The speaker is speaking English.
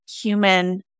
human